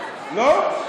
לא.